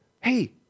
hey